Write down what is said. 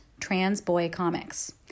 TransboyComics